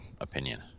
opinion